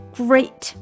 great